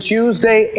Tuesday